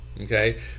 Okay